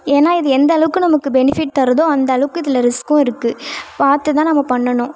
ஏன்னா இது எந்தளவுக்கு நமக்கு பெனிஃபிட் தருதோ அந்தளவுக்கு இதில் ரிஸ்க்கும் இருக்குது பார்த்து தான் நம்ம பண்ணணும்